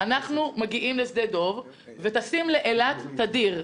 מגיעים לשדה דב וטסים לאילת תדיר.